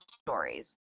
stories